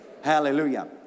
Hallelujah